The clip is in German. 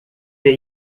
der